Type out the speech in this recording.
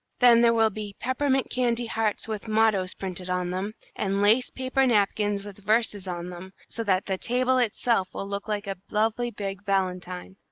then there will be peppermint candy hearts with mottoes printed on them, and lace-paper napkins with verses on them, so that the table itself will look like a lovely big valentine.